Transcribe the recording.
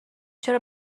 چرا